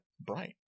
bright